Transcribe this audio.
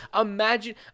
imagine